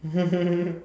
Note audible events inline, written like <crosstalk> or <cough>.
<laughs>